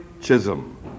Chisholm